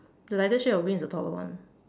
the lighter shade of the green is the taller one